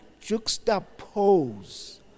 juxtapose